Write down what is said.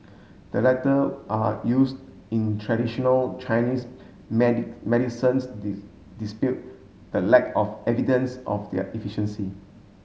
the latter are used in traditional Chinese medicines the lack of evidence of their efficiency